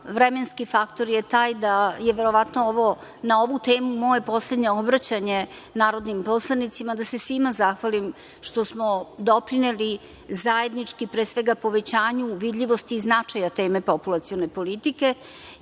vremenski faktor je taj da je verovatno ov na ovu temu moje poslednje obraćanje narodnim poslanicima, da se svima zahvalim što smo doprineli zajednički, pre svega, povećanju vidljivosti i značaja teme populacione politike